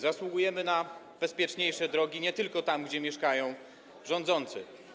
Zasługujemy na bezpieczniejsze drogi nie tylko tam, gdzie mieszkają rządzący.